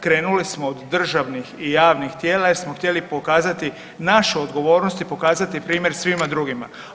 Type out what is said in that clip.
Krenuli smo od državnih i javnih tijela jer smo htjeli pokazati našu odgovornost i pokazati primjer svima drugima.